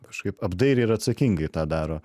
kažkaip apdairiai ir atsakingai tą daro